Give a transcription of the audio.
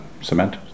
cement